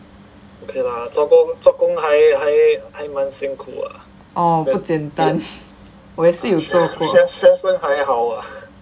oh 不简单我也是有做过